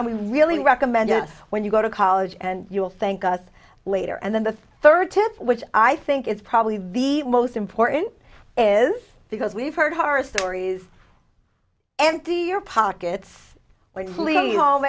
and we really recommend when you go to college and you'll thank us later and then the third tip which i think it's probably the most important is because we've heard horror stories empty your pockets when you leave